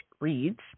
Reads